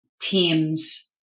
teams